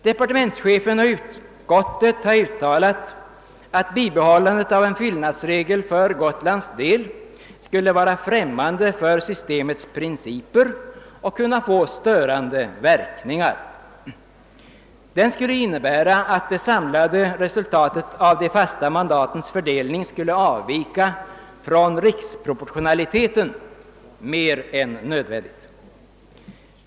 Departementschefen och utskottet har uttalat att bibehållandet av en fyllnadsregel för Gotlands vidkommande skulle vara främmande för systemets principer och kunna få störande verkningar. Det skulle innebära att det samlade resultatet av de fasta mandatens fördelning skulle avvika från riksproportionaliteten mer än nödvändigt.